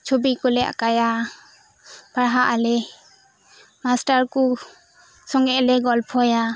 ᱪᱷᱚᱵᱤ ᱠᱚᱞᱮ ᱟᱸᱠᱟᱣᱟ ᱯᱟᱲᱦᱟᱜ ᱟᱞᱮ ᱢᱟᱥᱴᱟᱨ ᱠᱚ ᱥᱚᱸᱜᱮ ᱞᱮ ᱜᱚᱞᱯᱷᱚᱭᱟ